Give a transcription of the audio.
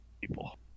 people